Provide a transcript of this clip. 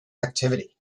activity